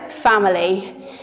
Family